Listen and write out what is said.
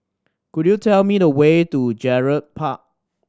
could you tell me the way to Gerald Park